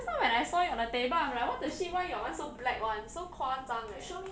just now when I saw it on the table I'm like what the shit why your [one] so black [one] so 夸张 eh